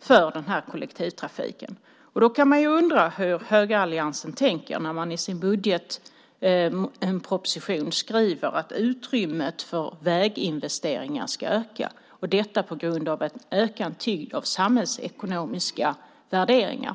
för kollektivtrafiken. Då kan man undra hur högeralliansen tänker när de i sin budgetproposition skriver att utrymmet för väginvesteringar ska öka, och detta på grund av en ökad tyngd av samhällsekonomiska värderingar.